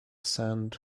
sands